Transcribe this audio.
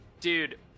Dude